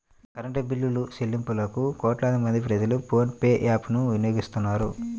current బిల్లులుచెల్లింపులకు కోట్లాది మంది ప్రజలు ఫోన్ పే యాప్ ను వినియోగిస్తున్నారు